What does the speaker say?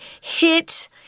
hit